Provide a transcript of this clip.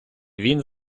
він